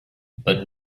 but